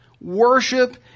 worship